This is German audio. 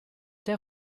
der